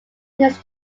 his